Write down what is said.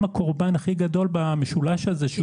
הם הקורבן הכי גדול במשולש הזה.